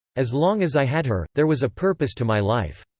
as long as i had her, there was a purpose to my life.